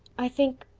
i think,